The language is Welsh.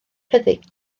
ryddid